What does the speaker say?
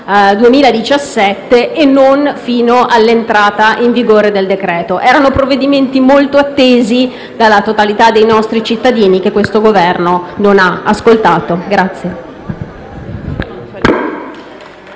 2017 e non fino all'entrata in vigore del decreto-legge. Erano provvedimenti molto attesi dalla totalità dei nostri cittadini che il Governo non ha ascoltato.